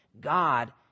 God